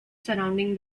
surrounding